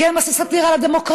כי הם עשו סאטירה על הדמוקרטיה,